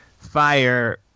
fire